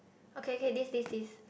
okay okay this this this